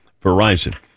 Verizon